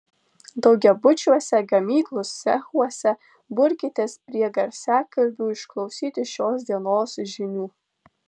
daugiabučiuose gamyklų cechuose burkitės prie garsiakalbių išklausyti šios dienos žinių